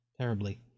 terribly